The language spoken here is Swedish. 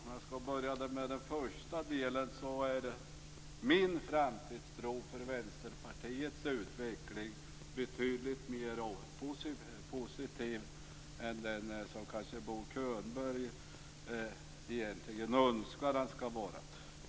Herr talman! Jag skall börja med det första. Min framtidstro vad gäller Vänsterpartiets utveckling är betydligt mer positiv än vad Bo Könberg kanske önskar att den skall vara.